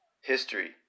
History